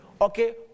okay